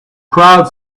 crowd